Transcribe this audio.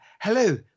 Hello